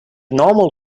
normal